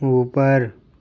اوپر